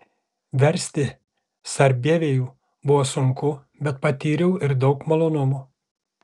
versti sarbievijų buvo sunku bet patyriau ir daug malonumo